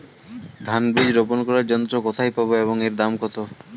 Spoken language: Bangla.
ধান বীজ রোপন করার যন্ত্র কোথায় পাব এবং এর দাম কত?